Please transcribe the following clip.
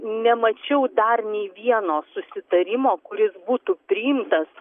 nemačiau dar nei vieno susitarimo kuris būtų priimtas